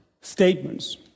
statements